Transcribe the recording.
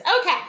Okay